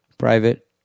private